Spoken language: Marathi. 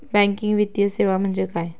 बँकिंग वित्तीय सेवा म्हणजे काय?